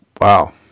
Wow